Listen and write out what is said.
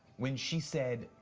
when she said,